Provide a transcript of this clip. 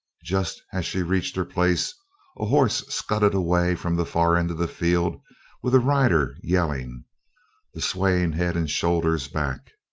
just as she reached her place a horse scudded away from the far end of the field with a rider yelling the swaying head and shoulders back.